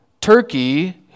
turkey